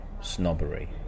snobbery